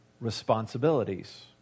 responsibilities